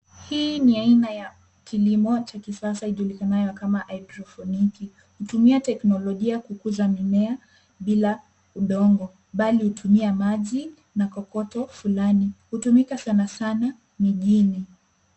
Hii ni aina ya kilimo cha kisasa ijulikanayo kama hydroponics . Hutumia teknolojia kukuza mimea bila udongo bali hutumia maji na kokoto fulani. Hutumika sana sana mijini.